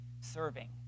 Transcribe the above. serving